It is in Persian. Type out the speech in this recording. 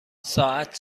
ساعت